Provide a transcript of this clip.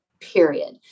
period